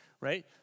Right